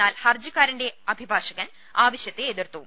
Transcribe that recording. എന്നാൽ ഹർജിക്കാരന്റെ അഭിഭാഷകൻ ആവശ്യത്തെ എതിർത്തു